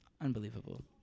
Unbelievable